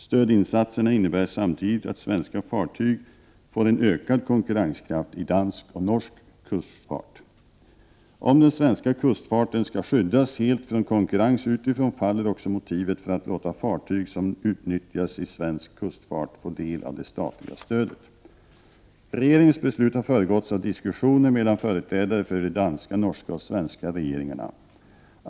Stödinsatserna innebär samtidigt att svenska fartyg får en ökad konkurrenskraft i dansk och norsk kustfart. Om den svenska kustfarten skall skyddas helt från konkurrens utifrån faller också motivet för att låta fartyg som utnyttjas i svensk kustfart få del av det statliga stödet. Regeringens beslut har föregåtts av diskussioner mellan företrädare för de danska, norska och svenska regeringarna.